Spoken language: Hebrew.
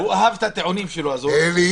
--- הוא אהב את הטיעונים שלו --- אלי אבידר,